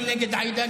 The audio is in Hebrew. גם נגד עאידה,